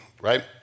right